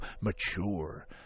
mature